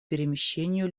перемещению